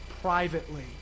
privately